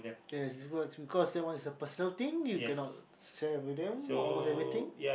yes it was because that one is a personal thing you cannot say with them or most everything